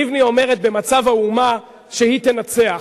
לבני אומרת ב"מצב האומה" שהיא תנצח.